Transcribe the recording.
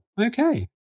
okay